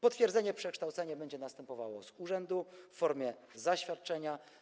Potwierdzenie przekształcenia będzie następowało z urzędu w formie zaświadczenia.